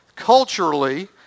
culturally